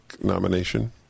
nomination